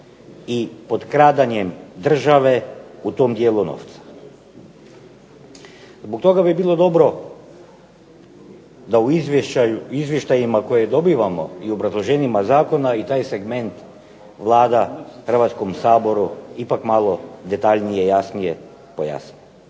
i potkradanjem države u tom dijelu novca. Zbog toga bi bilo dobro da u izvještajima koje dobivamo i u obrazloženjima zakona i taj segment Vlada Hrvatskom saboru ipak malo detaljnije, jasnije pojasni.